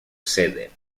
sede